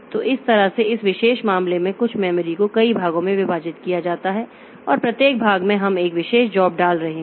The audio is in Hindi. तो इस तरह से इस विशेष मामले में कुछ मेमोरी को कई भागों में विभाजित किया जाता है और प्रत्येक भाग में हम एक विशेष जॉब डाल रहे हैं